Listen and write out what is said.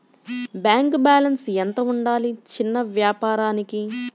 Bank balance ఎంత ఉండాలి చిన్న వ్యాపారానికి?